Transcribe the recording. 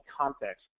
context